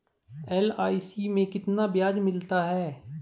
LIC में कितना ब्याज मिलता है?